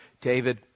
David